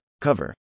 cover